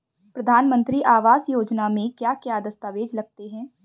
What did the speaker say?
प्रधानमंत्री आवास योजना में क्या क्या दस्तावेज लगते हैं?